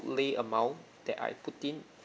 outlay amount that I put in